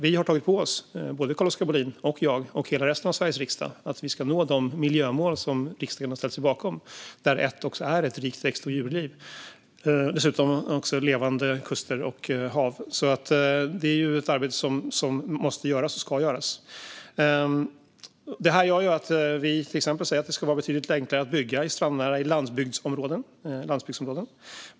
Vi - både Carl-Oskar Bohlin och jag och hela resten av Sveriges riksdag - har tagit på oss att nå de miljömål som riksdagen har ställt sig bakom; ett av dem är ett rikt växt och djurliv, och ett annat är levande kuster och hav. Det är ett arbete som ska göras. Detta gör att vi till exempel säger att det ska vara betydligt enklare att bygga strandnära i landsbygdsområden.